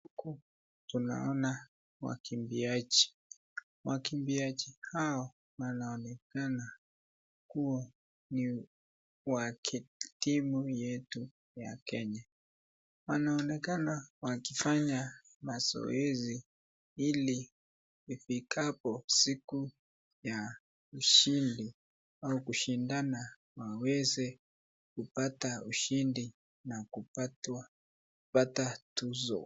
Huku tunaona wakimbiaji. Wakimbiaji hao wanaonekana kuwa ni waki timu yetu ya Kenya. Wanaonekana wakifanya mazoezi ili ifikapo siku ya ushindi au kushindana waweze kupata ushindi na kupatwa kupata tuzo.